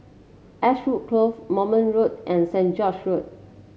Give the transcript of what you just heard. Ashwood Grove Moulmein Road and Saint George Road